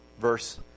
Verse